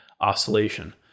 oscillation